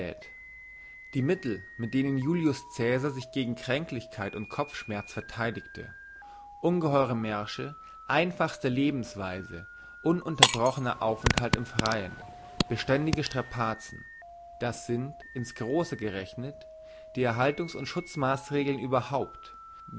die mittel mit denen julius cäsar sich gegen kränklichkeiten und kopfschmerz vertheidigte ungeheure märsche einfachste lebensweise ununterbrochner aufenthalt im freien beständige strapazen das sind in's grosse gerechnet die erhaltungs und schutz maassregeln überhaupt